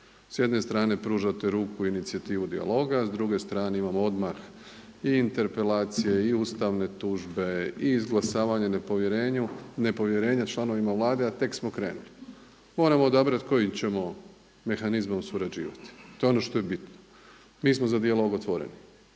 S jedne strane pružate ruku i inicijativu dijaloga, a s druge strane imamo odmah i interpelacije i ustavne tužbe i izglasavanje nepovjerenja članovima Vlade a tek smo krenuli. Moramo odabrati kojim ćemo mehanizmom surađivati, to je ono što je bitno. Mi smo za dijalog otvoreni,